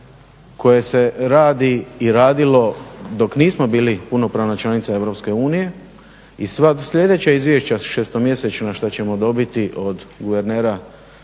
koje se radi i radilo dok nismo bili punopravna članica EU i sva sljedeća izvješća šestomjesečna što ćemo dobiti od guvernera